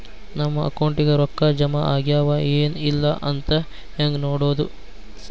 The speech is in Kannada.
ನಮ್ಮ ಅಕೌಂಟಿಗೆ ರೊಕ್ಕ ಜಮಾ ಆಗ್ಯಾವ ಏನ್ ಇಲ್ಲ ಅಂತ ಹೆಂಗ್ ನೋಡೋದು?